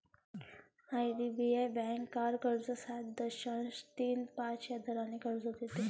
IDBI bank car कर्ज सात दशांश तीन पाच या दराने कर्ज देत आहे